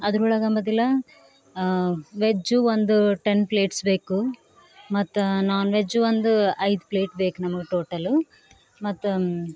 ಅದರೊಳಗೆ ಮದಲ ವೆಜ್ಜು ಒಂದು ಟೆನ್ ಪ್ಲೇಟ್ಸ್ ಬೇಕು ಮತ್ತು ನಾನ್ ವೆಜ್ಜು ಒಂದು ಐದು ಪ್ಲೇಟ್ ಬೇಕು ನಮ್ಗೆ ಟೋಟಲು ಮತ್ತು